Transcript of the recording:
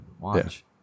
watch